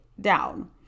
down